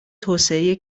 توسعه